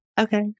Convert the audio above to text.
Okay